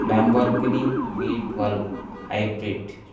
Lamborghini B twelve hybrid